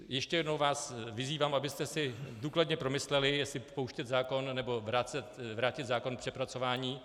Ještě jednou vás vyzývám, abyste si důkladně promysleli, jestli pouštět zákon, nebo vrátit zákon k přepracování.